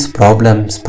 problems